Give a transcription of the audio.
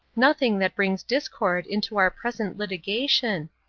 nothing that brings discord into our present litigation.